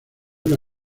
una